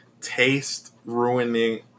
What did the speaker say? taste-ruining